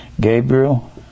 Gabriel